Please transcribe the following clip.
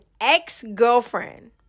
ex-girlfriend